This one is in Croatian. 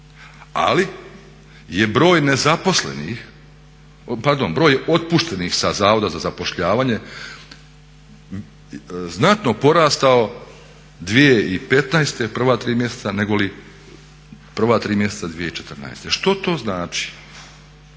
Ali je broj nezaposlenih, pardon broj otpuštenih sa zavoda za zapošljavanje znatno porastao 2015. u prva 3 mjeseca nego u prva 3 mjeseca 2014. Što to znači?